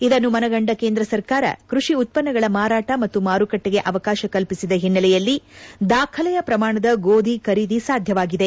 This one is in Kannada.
ಇದನ್ನು ಮನಗಂಡ ಕೇಂದ್ರ ಸರ್ಕಾರ ಕೃಷಿ ಉತ್ಪನ್ನಗಳ ಮಾರಾಟ ಮತ್ತು ಮಾರುಕಟ್ಲಿಗೆ ಅವಕಾಶ ಕಲ್ಪಿದ ಹಿನ್ನೆಲೆಯಲ್ಲಿ ದಾಖಲೆಯ ಶ್ರಮಾಣದ ಗೋಧಿ ಖರೀದಿ ಸಾಧ್ಯವಾಗಿದೆ